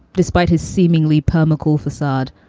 despite his seemingly perma cool facade,